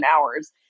hours